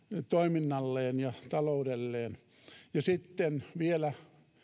toiminnalleen ja taloudelleen ja sitten vielä